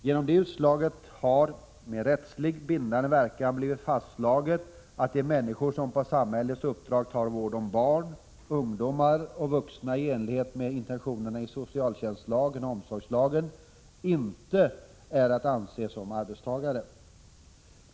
Genom det utslaget har med rättsligt bindande verkan blivit fastslaget att de människor som på samhällets uppdrag tar vård om barn, ungdomar, och vuxna i enlighet med intentionerna i socialtjänstlagen och omsorgslagen inte är att anse som arbetstagare.